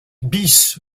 bis